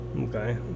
okay